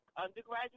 undergraduate